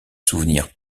souvenir